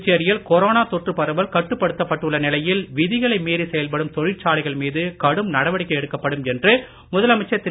புதுச்சேரியில் கொரோனா தொற்று பரவல் கட்டுப்படுத்தப்பட்டுள்ள நிலையில் விதிகளை மீறி செயல்படும் தொழிற்சாலைகள் மீது கடும் நடவடிக்கை எடுக்கப்படும் என்று முதலமைச்சர் திரு